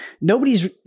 nobody's